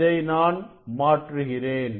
இதை நான் மாற்றுகிறேன்